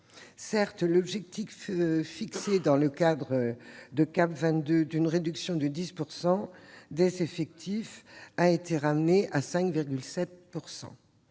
Certes, l'objectif fixé dans le cadre de CAP22 d'une réduction de 10 % des effectifs a été ramené à 5,7 %.